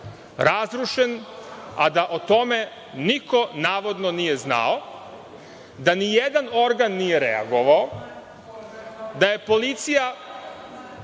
razrušen, a da o tome niko navodno, nije znao, da nijedan organ nije reagovao, da je policija